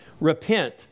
repent